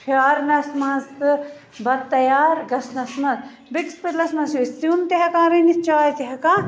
پھیٛارنَس منٛز تہٕ بتہٕ تیار گژھنَس منٛز بیٚیہِ کِس پٔتلَس منٛز چھِ أسۍ سیُن تہِ ہٮ۪کان رٔنِتھ چاے تہِ ہٮ۪کان